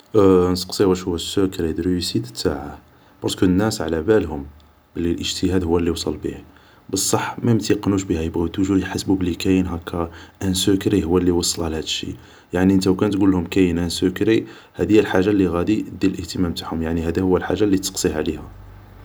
نسقسيه واش هو سوكري دو ريوسيت نتاعه, بارسكو ناس علابالهم بلي الاجتهاد هو اللي وصل بيه, بصح ما يتيقنوش بيها, يبغو توجور يحسبو بلي كاين هاكا ان سوكري هو اللي وصله لهاد الشيء, هادي هي الحاجة اللي غادي تدي الاهتمام تاعهم, هادا هو الحاجة لي تسقسيه عليها